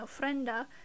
ofrenda